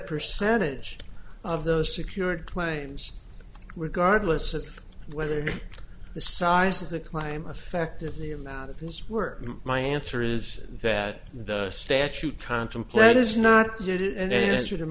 percentage of those secured claims regard less of whether the size of the climb affected the amount of his work my answer is that the statute contemplate is not